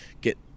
get